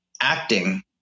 acting